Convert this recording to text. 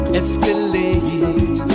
escalate